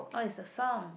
oh it's the song